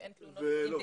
לא.